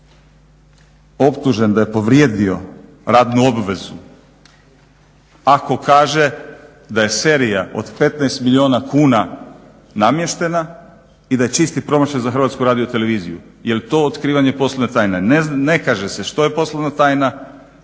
optužen da je povrijedio javnu osobu ako kaže da je serija od 15 milijuna kuna namještena i da je čisti promašaj za HRT. Jel to otkrivanje poslovne tajne? Ne kaže se što je poslovna tajna